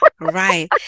Right